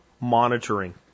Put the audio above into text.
monitoring